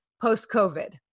post-COVID